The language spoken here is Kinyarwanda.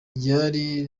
ryari